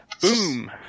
boom